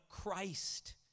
Christ